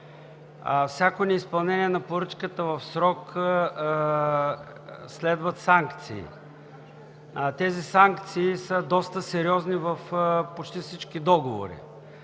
всяко неизпълнение на поръчката в срок следват санкции. Тези санкции са доста сериозни в почти всички договори.